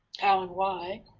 how and why.